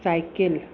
cycle